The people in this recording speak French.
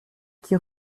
qui